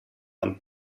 and